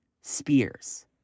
Spears